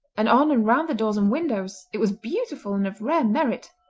and on and round the doors and windows it was beautiful and of rare merit.